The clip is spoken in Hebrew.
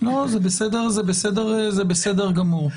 לא, זה בסדר גמור.